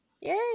yay